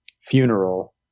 funeral